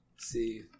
See